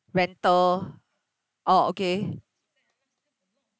rental oh okay